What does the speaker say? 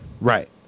Right